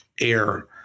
air